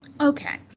Okay